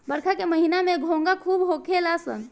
बरखा के महिना में घोंघा खूब होखेल सन